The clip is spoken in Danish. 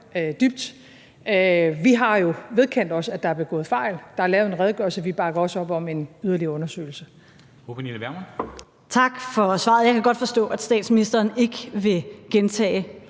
dybt. Vi har jo vedkendt os, at der er begået fejl. Der er lavet en redegørelse. Vi bakker også op om en yderligere undersøgelse.